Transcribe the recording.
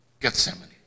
Gethsemane